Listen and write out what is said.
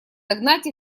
догнать